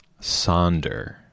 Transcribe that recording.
sonder